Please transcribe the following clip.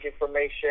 information